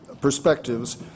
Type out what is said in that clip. perspectives